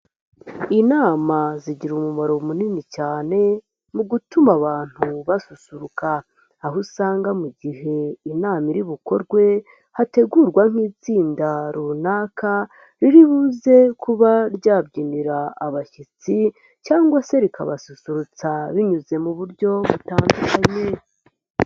Inama zigira umumaro munini cyane mu gutuma abantu basusuruka, aho usanga mu gihe inama iri bukorwe hategurwa nk'itsinda runaka riri buze kuba ryabyinira abashyitsi cyangwa se rikabasusurutsa binyuze mu buryo butandukanye.